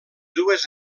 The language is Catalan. dues